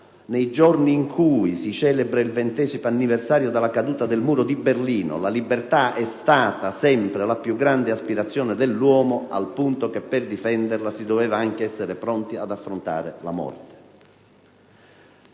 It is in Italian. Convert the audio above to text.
nei giorni in cui si celebra il ventesimo anniversario della caduta del Muro di Berlino. La libertà è stata sempre la più grande aspirazione dell'uomo, al punto che per difenderla si doveva anche essere pronti ad affrontare la morte.